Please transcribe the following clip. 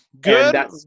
Good